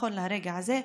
נכון לרגע הזה,